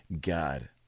God